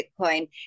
Bitcoin